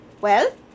Well